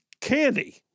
candy